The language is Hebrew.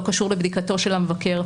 לא קשור לבדיקתו של המבקר.